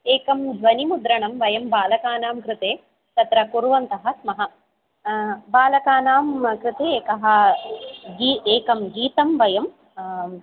एकं ध्वनिमुद्रणं वयं बालकानां कृते तत्र कुर्वन्तः स्मः बालकानां कृते एकः गी एकं गीतं वयं